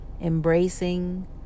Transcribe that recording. embracing